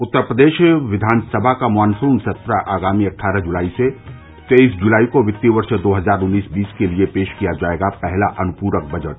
उत्तर प्रदेष विधानसभा का मानसून सत्र आगामी अट्ठारह जुलाई से तेईस जुलाई को वित्तीय वर्श दो हजार उन्नीस बीस के लिये पेष किया जायेगा पहला अनुपूरक बजट